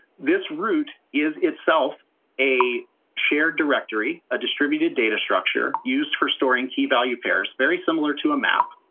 this root is itself a shared directory, a distributed data structure used for storing key value pairs, very similar to a map.